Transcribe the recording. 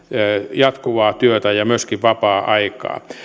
jatkuvaa työtämme ja myöskin vapaa aikaamme